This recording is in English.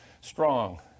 strong